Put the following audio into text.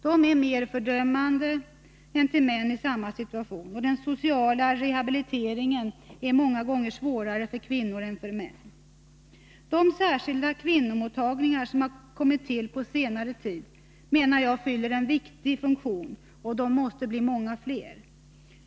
De är mer fördömande än till män i samma situation, och den sociala rehabiliteringen är många gånger svårare för kvinnor än för män. De särskilda kvinnomottagningar som kommit till på senare tid menar jag fyller en viktig funktion, och de måste bli många fler.